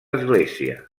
església